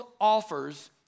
offers